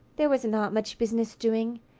there was not much business doing.